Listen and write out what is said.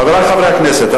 חברי חברי הכנסת,